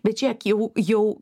bet čia jau